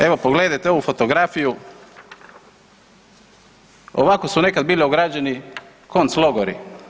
Evo pogledajte ovu fotografiju, ovako su nekad bili ograđeni konclogori.